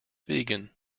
vegan